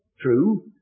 true